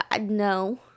No